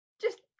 just-